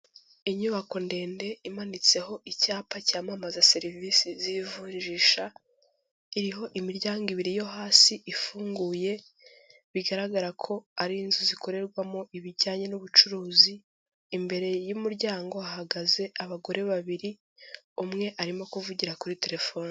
Inyubako ndende imanitseho icyapa cyamamaza serivisi z'ivunjisha, iriho imiryango ibiri yo hasi ifunguye, bigaragara ko ari inzu zikorerwamo ibijyanye n'ubucuruzi, imbere y'umuryango hahagaze abagore babiri, umwe arimo kuvugira kuri telefoni.